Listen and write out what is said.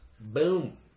Boom